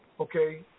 okay